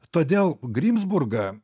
todėl grims burgą